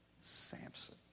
Samson